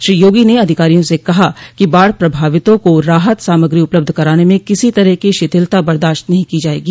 श्री योगी ने अधिकारियों से कहा कि बाढ़ प्रभावितों को राहत सामग्री उपलब्ध कराने में किसी तरह की शिथिलता बर्दाश्त नहीं की जायेगी